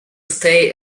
stay